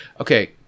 Okay